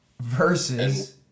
versus